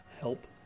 help